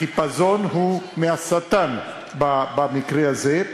החיפזון הוא מהשטן, במקרה הזה.